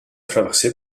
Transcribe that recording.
traversée